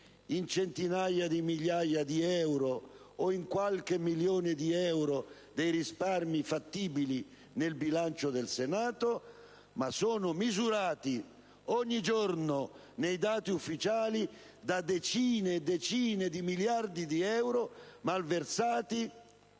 in centinaia di migliaia di euro o in qualche milione di euro dei risparmi fattibili nel bilancio del Senato, ma sono misurati ogni giorno nei dati ufficiali da decine e decine di miliardi di euro malversati,